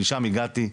משם הגעתי.